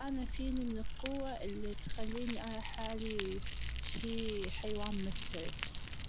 أنا فيني من القوة اللي تخليني أرى حالي شي حيوان مفترس.